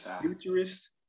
futurist